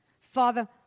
Father